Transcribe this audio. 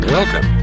Welcome